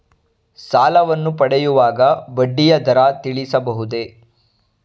ಸಾಲವನ್ನು ಪಡೆಯುವಾಗ ಬಡ್ಡಿಯ ದರ ತಿಳಿಸಬಹುದೇ?